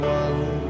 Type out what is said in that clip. one